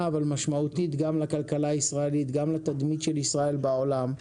אבל משמעותית גם לכלכלה הישראלית וגם לתדמית של ישראל בעולם.